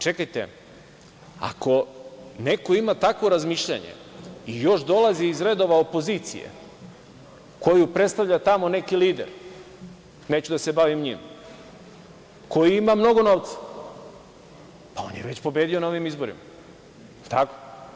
Čekajte, ako neko ima takvo razmišljanje i još dolazi iz redova opozicije koju predstavlja tamo neki lider, neću da se bavim njim, koji ima mnogo novca, on je već pobedio na ovim izborima, da li je tako?